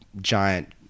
giant